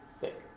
thick